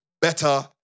better